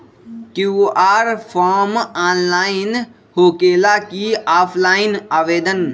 QR form online होकेला कि offline आवेदन?